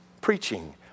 preaching